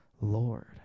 Lord